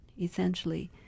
Essentially